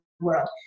world